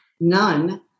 none